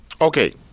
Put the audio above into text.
Okay